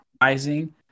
rising